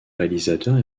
réalisateur